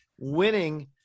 winning